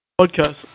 podcast